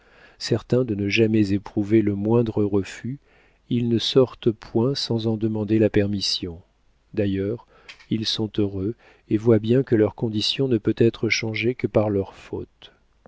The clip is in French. certains de ne jamais éprouver le moindre refus ils ne sortent point sans en demander la permission d'ailleurs ils sont heureux et voient bien que leur condition ne peut être changée que par leur faute